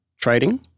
trading